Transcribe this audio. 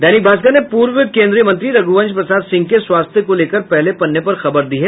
दैनिक भास्कर ने पूर्व केंद्रीय मंत्री रघुवंश प्रसाद सिंह के स्वास्थ्य को लेकर पहले पन्ने पर खबर दी है